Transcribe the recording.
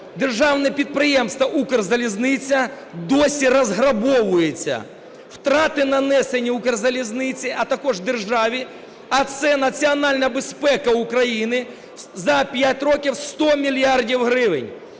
державне підприємство "Укрзалізниця" досі розграбовується. Втрати, нанесені "Укрзалізниці", а також державі, а це національна безпека України, за 5 років 100 мільярдів гривень.